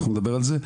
אנחנו נדבר על זה.